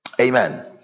Amen